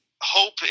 hope